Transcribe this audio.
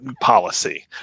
policy